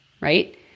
right